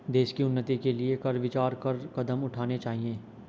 देश की उन्नति के लिए कर विचार कर कदम उठाने चाहिए